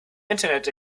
internet